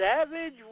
Savage